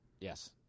Yes